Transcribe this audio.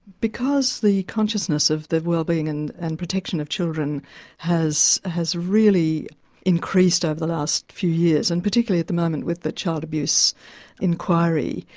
because the consciousness of the well-being and and protection of children has has really increased over the last few years, and particularly at the moment with the child abuse inquiry,